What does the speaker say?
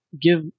give